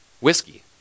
whiskey